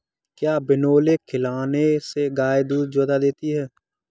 क्या बिनोले खिलाने से गाय दूध ज्यादा देती है?